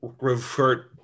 revert